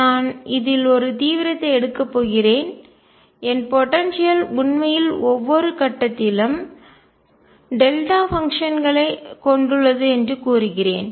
நான் இதில் ஒரு தீவிரத்தை எடுக்கப் போகிறேன் என் போடன்சியல் ஆற்றல் உண்மையில் ஒவ்வொரு கட்டத்திலும் டெல்டா பங்ஷன்களைக் செயல்பாடு கொண்டுள்ளது என்று கூறுகிறேன்